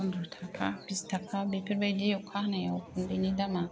फनद्र थाखा बिस थाखा बेफोर बायदि अखा हानायाव गुनदैनि दामा